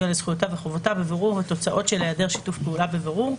לזכויותיו וחובותיו בבירור ובתוצאות של היעדר שיתוף פעולה בבירור,